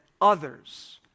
others